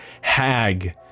hag